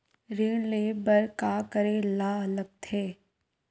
ऋण ले बर का करे ला लगथे?